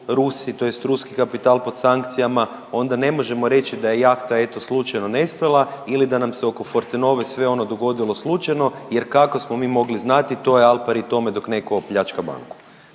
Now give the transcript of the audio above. Rusi, tj. ruski kapital pod sankcijama onda ne možemo reći da je jahta eto slučajno nestala ili da nam se oko Fortenove sve ono dogodilo slučajno jer kako smo mi mogli znati to je al pari tome dok netko opljačka banku.